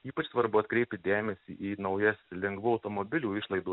ypač svarbu atkreipti dėmesį į naujas lengvų automobilių išlaidų